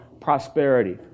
prosperity